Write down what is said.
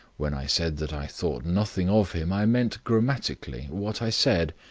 when i said that i thought nothing of him i meant grammatically what i said.